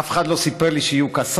אף אחד לא סיפר לי שיהיו קסאמים,